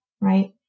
right